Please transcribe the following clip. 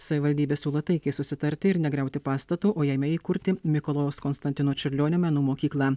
savivaldybė siūlo taikiai susitarti ir negriauti pastato o jame įkurti mikalojaus konstantino čiurlionio menų mokyklą